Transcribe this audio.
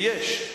ויש.